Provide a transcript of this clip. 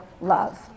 love